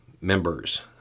members